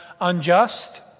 unjust